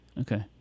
Okay